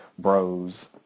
Bros